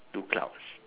two clouds